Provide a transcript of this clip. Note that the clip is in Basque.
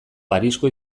parisko